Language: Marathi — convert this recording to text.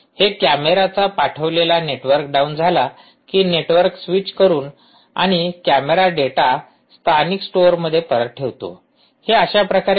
हे कॅमेराचा पाठविलेला नेटवर्क डाऊन झाला कि नेटवर्क स्वीच करून आणि कॅमेरा डेटा स्थानिक स्टोअरमध्ये परत ठेवतो हे अशा प्रकारे काम करते